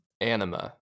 anima